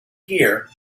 here